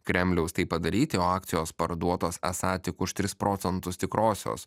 kremliaus tai padaryti o akcijos parduotos esą tik už tris procentus tikrosios